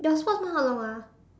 your sports mod how long ah